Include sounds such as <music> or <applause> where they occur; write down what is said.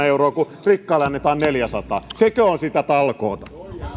<unintelligible> euroa kun rikkaille annetaan neljäsataa sekö on sitä talkoota